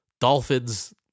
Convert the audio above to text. dolphins